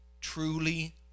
truly